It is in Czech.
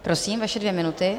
Prosím, vaše dvě minuty.